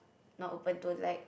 not open to like